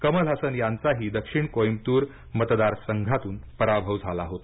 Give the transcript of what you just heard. कमल हसन यांचाही दक्षिण कोईमतूर मतदारसंघातून पराभव झाला होता